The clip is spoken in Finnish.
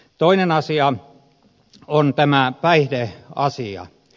toinen asia on tämä päihdeasia